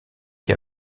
qui